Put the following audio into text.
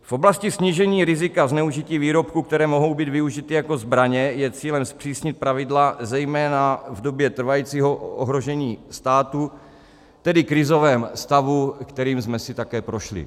V oblasti snížení rizika zneužití výrobků, které mohou být využity jako zbraně, je cílem zpřísnit pravidla zejména v době trvajícího ohrožení státu, tedy krizovém stavu, kterým jsme si také prošli.